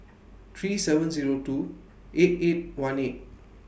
three seven Zero two eight eight one eight